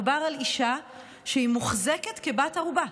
מדובר על אישה שמוחזקת כבת ערובה.